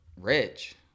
rich